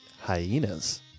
hyenas